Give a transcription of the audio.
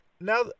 Now